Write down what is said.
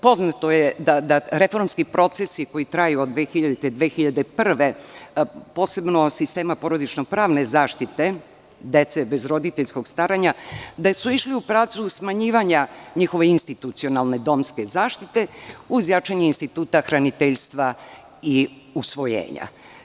Poznato je da su reformski procesi koji traju od 2000. do 2001. godine, posebno sistema porodično-pravne zaštite dece bez roditeljskog staranja, išli u pravcu smanjivanja njihove institucionalne domske zaštite, uz jačanje instituta hraniteljstva i usvojenja.